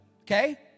okay